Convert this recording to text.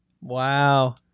Wow